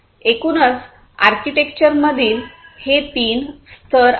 एकूणच आर्किटेक्चर मधील हे तीन स्तर आहेत